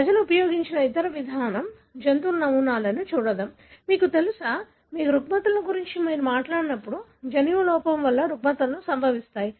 ప్రజలు ఉపయోగించిన ఇతర విధానం జంతువుల నమూనాలను చూడటం మీకు తెలుసా మీరు రుగ్మతల గురించి మాట్లాడినప్పుడు జన్యువులోని లోపం వల్ల రుగ్మతలు సంభవిస్తాయి